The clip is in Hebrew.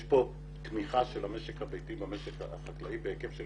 יש כאן תמיכה של המשק הביתי במשק החקלאי בהיקף של